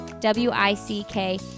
W-I-C-K